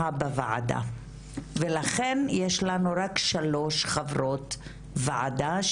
בוועדה ולכן יש לנו רק שלוש חברות וועדה,